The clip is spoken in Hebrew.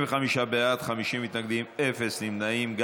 35 בעד, 50 מתנגדים, אפס נמנעים.